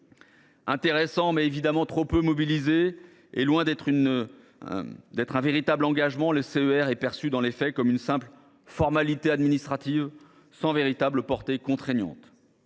intéressant, mais trop peu mobilisé. Loin d’être un véritable engagement, il est perçu dans les faits comme une simple formalité administrative, sans véritable portée contraignante,